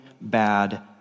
bad